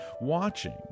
Watching